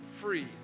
free